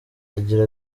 agira